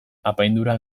apaindura